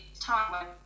time